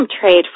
trade